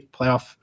playoff